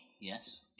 Yes